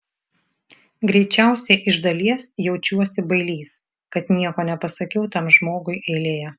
greičiausiai iš dalies jaučiuosi bailys kad nieko nepasakiau tam žmogui eilėje